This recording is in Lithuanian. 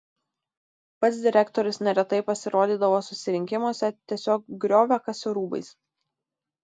pats direktorius neretai pasirodydavo susirinkimuose tiesiog grioviakasio rūbais